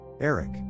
Eric